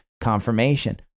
confirmation